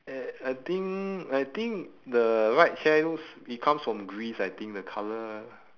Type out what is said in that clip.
eh I think I think the right chair looks it comes from greece I think the colour